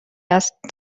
است